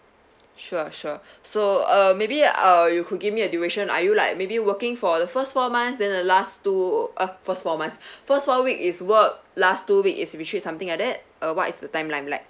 sure sure so uh maybe uh you could give me a duration are you like maybe working for the first four months then the last two uh first four months first four week is work last two week is retreat something like that uh what is the timeline like